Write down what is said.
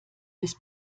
des